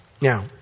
Now